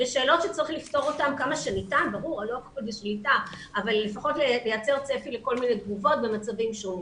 לא הכול בשליפה אבל לפחות לייצר צפי לכל מיני תגובות במצבים שונים.